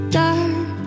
dark